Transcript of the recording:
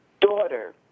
daughter